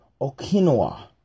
Okinawa